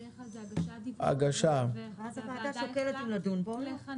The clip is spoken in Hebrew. בדרך כלל זו הגשת דיווח -- ואז הוועדה שוקלת אם לדון בו או לא.